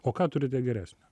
o ką turite geresnio